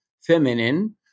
feminine